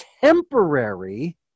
temporary